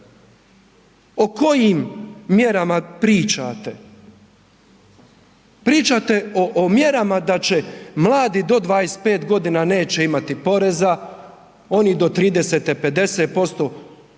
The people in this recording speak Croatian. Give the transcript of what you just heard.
O kojim mjerama pričate? Pričate o mjerama da će mladi do 25 godina neće imati poreza. Oni do 30-te 50%.